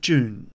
June